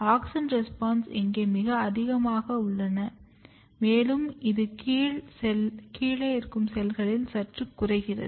auxin response இங்கே மிக அதிகமாக உள்ளன மேலும் இது கீழ் செல்களில் சற்று குறைகிறது